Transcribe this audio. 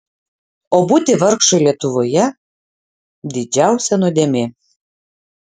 o būti vargšui lietuvoje didžiausia nuodėmė